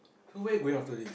so where you going after this